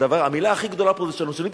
המלה הכי גדולה פה זה ששואלים אותי: